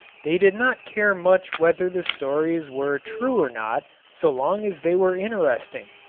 they did not care much whether the stories were true or not so long as they were interesting.